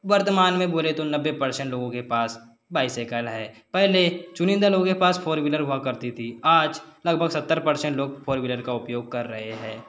वर्तमान में बोले तो नब्बे परसेंट लोगों के पास बाइसाइकल है पहले चुनिंदा लोगों के पास फोर व्हीलर हुआ करती थी आज लगभग सत्तर परसेंट लोग फोर व्हीलर का उपयोग कर रहे हैं